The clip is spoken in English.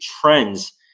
trends